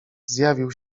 zjawił